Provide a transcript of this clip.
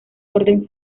orden